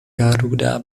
garuda